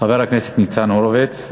חבר הכנסת ניצן הורוביץ.